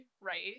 right